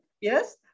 Yes